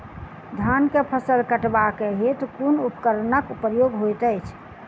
धान केँ फसल कटवा केँ हेतु कुन उपकरणक प्रयोग होइत अछि?